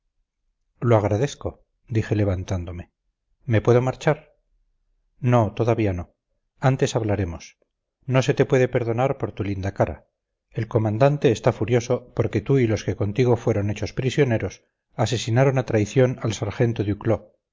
lo agradezco dije levantándome me puedo marchar no todavía no antes hablaremos no se te puede perdonar por tu linda cara el comandante está furioso porque tú y los que contigo fueron hechos prisioneros asesinaron a traición al sargento